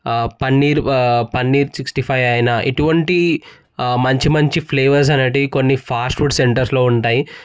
paneer paneer sixty five అయినా ఇటువంటి మంచి మంచి ఫ్లేవర్స్ అనేటివి కొన్ని ఫాస్ట్ ఫుడ్ సెంటర్స్లో ఉంటాయి